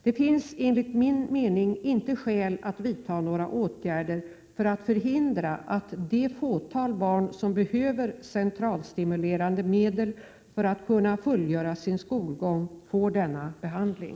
Det finns enligt min mening inte skäl att vidta några åtgärder för att förhindra att det fåtal barn som behöver centralstimulerande medel för att kunna fullgöra sin skolgång får denna behandling.